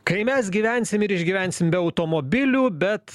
kai mes gyvensim ir išgyvensim be automobilių bet